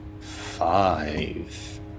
Five